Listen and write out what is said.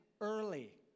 early